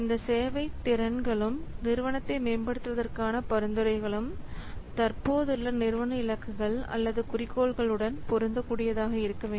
இந்த சேவை திறன்களும் நிறுவனத்தை மேம்படுத்துவதற்கான பரிந்துரைகளும் தற்போதுள்ள நிறுவன இலக்குகள் அல்லது குறிக்கோள்களுடன் பொருந்த கூடியதாக இருக்க வேண்டும்